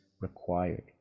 required